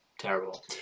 terrible